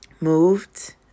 moved